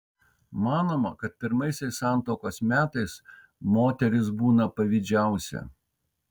manoma kad pirmaisiais santuokos metais moteris būna pavydžiausia